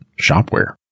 shopware